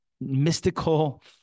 mystical